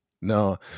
No